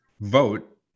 vote